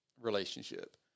relationship